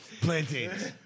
Plantains